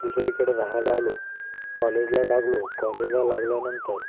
दुसरीकडं राहायला आलो कॉलेजला लागलो कॉलेजला लागल्यानंतर